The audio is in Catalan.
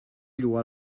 lloar